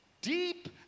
deep